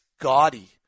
gaudy